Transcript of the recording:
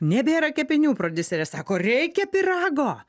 nebėra kepinių prodiuserė sako reikia pyrago